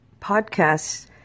podcasts